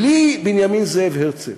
בלי בנימין זאב הרצל,